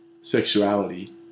sexuality